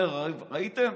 אומר: ראיתם?